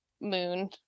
moon